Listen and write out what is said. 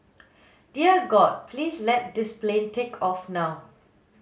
dear God please let this plane take off now